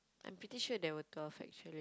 I'm pretty sure there were twelve actually